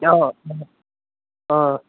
অঁ অঁ